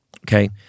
Okay